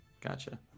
Gotcha